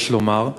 יש לומר.